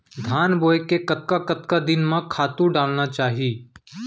धान बोए के कतका कतका दिन म खातू डालना चाही?